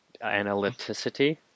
analyticity